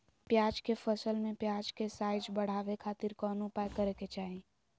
प्याज के फसल में प्याज के साइज बढ़ावे खातिर कौन उपाय करे के चाही?